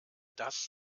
dass